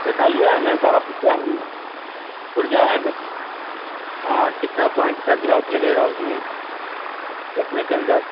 دیکھا لیا ہے نا سارا پرجا ہے نا پرجا ہے نا ہاں کتنا پوائنٹ کا گلاس لگے گا اس میں چشمے کے اندر